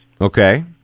Okay